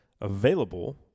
available